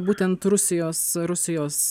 būtent rusijos rusijos